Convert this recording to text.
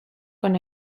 con